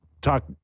talk